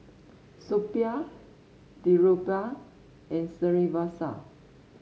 Suppiah Dhirubhai and Srinivasa